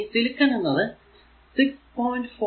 ഇനി സിലിക്കൺ എന്നത് 6